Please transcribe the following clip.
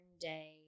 day